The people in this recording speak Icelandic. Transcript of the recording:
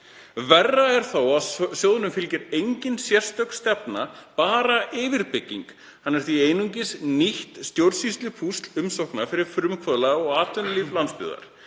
Verra er þó að sjóðinum fylgir engin sérstök stefna, bara yfirbygging. Hann er því aðeins nýtt stjórnsýslupúsl umsókna fyrir frumkvöðla og atvinnulíf landsbyggðar.